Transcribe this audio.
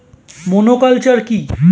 Monoculture কি?